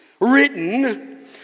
Written